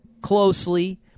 closely